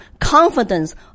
confidence